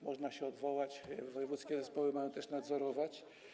Można się odwołać, wojewódzkie zespoły mają też nadzorować.